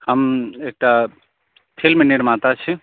हम एकटा फिल्म निर्माता छी